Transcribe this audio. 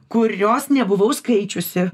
kurios nebuvau skaičiusi